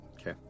Okay